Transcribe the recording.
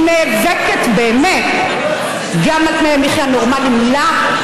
שנאבקת באמת גם על תנאי מחיה נורמליים לה,